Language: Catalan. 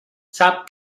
sap